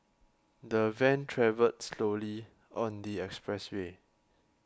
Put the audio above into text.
the van travelled slowly on the expressway